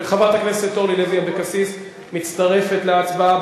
חברת הכנסת אורלי לוי אבקסיס מצטרפת להצבעה.